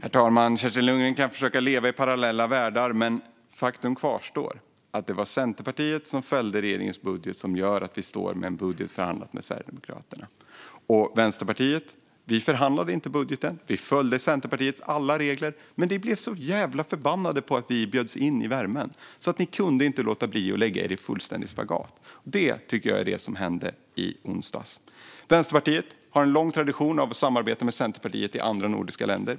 Herr talman! Kerstin Lundgren kan försöka leva i parallella världar, men faktum kvarstår. Det var att Centerpartiet fällde regeringens budget som gör att vi nu står med en budget förhandlad med Sverigedemokraterna. Vänsterpartiet förhandlade inte budgeten. Vi följde Centerpartiets alla regler. Men ni blev så jävla förbannade på att vi bjöds in i värmen att ni inte kunde låta bli att lägga er i fullständig spagat, Kerstin Lundgren. Det tycker jag är vad som hände i onsdags. Vänsterpartiet har en lång tradition av att samarbeta med Centerpartiet i andra nordiska länder.